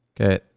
Okay